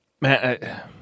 man